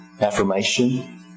affirmation